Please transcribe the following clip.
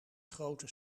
grote